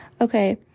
Okay